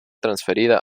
transferida